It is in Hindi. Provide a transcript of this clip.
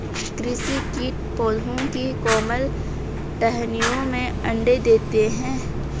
कृषि कीट पौधों की कोमल टहनियों में अंडे देते है